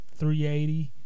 380